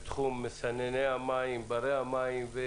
הפעם בתחום מסנני המים וברי המים.